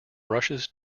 rushes